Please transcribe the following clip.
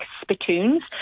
spittoons